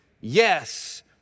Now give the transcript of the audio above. yes